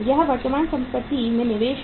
यह वर्तमान संपत्ति में निवेश है